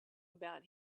about